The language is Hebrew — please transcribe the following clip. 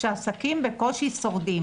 כאשר עסקים בקושי שורדים,